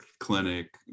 clinic